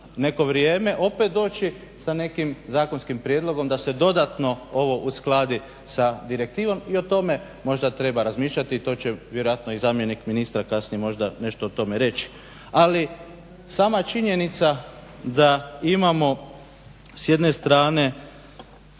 neko vrijeme opet doći sa nekim zakonskim prijedlogom da se dodatno ovo uskladi sa direktivom i o tome možda treba razmišljati, to će vjerojatno i zamjenik ministra kasnije možda nešto o tome reći. Ali sama činjenica da imamo s jedne strane